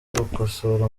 gukosora